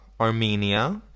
Armenia